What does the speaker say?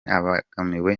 abangamiwe